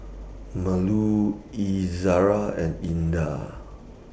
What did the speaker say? Melur Izara and Indah